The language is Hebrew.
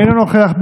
אינו נוכח.